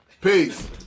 Peace